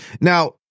Now